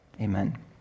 Amen